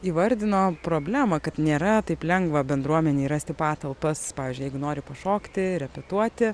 įvardino problemą kad nėra taip lengva bendruomenei rasti patalpas pavyzdžiui jeigu nori pašokti repetuoti